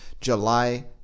July